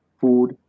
food